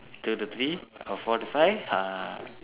two to three or four to five ha